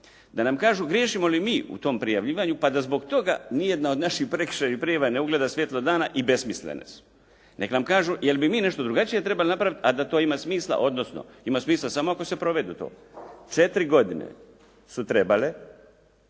da nam kažu griješimo li mi u tom prijavljivanju pa da zbog toga nijedna od naših prekršajnih prijava ne ugleda svjetlo dana i besmislene su. Neka nam kažu je li bi mi nešto drugačije trebali napraviti a da to ima smisla, odnosno ima smisla samo ako se provede to. Četiri godine su trebale